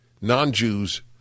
non-Jews